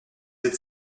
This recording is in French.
êtes